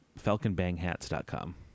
falconbanghats.com